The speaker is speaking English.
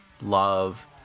love